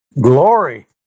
Glory